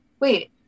wait